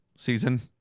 season